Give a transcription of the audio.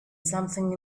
something